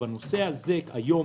היום